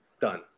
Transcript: done